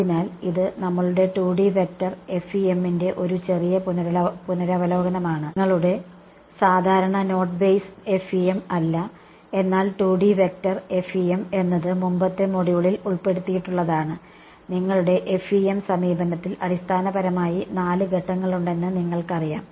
അതിനാൽ ഇത് നമ്മളുടെ 2D വെക്റ്റർ FEM ന്റെ ഒരു ചെറിയ പുനരവലോകനമാണ് നിങ്ങളുടെ സാധാരണ നോട്ട് ബേസ് FEM അല്ല എന്നാൽ 2D വെക്റ്റർ FEM എന്നത് മുമ്പത്തെ മൊഡ്യൂളിൽ ഉൾപ്പെടുത്തിയിട്ടുള്ളതാണ് നിങ്ങളുടെ FEM സമീപനത്തിൽ അടിസ്ഥാനപരമായി നാല് ഘട്ടങ്ങളുണ്ടെന്ന് നിങ്ങൾക്കറിയാം